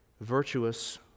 virtuous